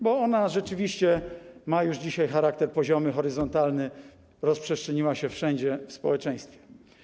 Bo epidemia rzeczywiście ma już dzisiaj charakter poziomy, horyzontalny, rozprzestrzeniła się wszędzie w społeczeństwie.